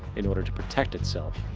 in order to protect itself,